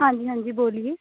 ਹਾਂਜੀ ਹਾਂਜੀ ਬੋਲੀਏ